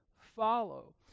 follow